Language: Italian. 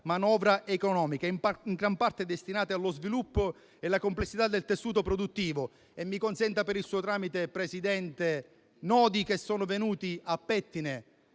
manovra economica), in gran parte destinati allo sviluppo e alla complessità del tessuto produttivo. Mi consenta per il suo tramite, Presidente, di sottolineare che